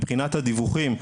מבחינת הדיווחים,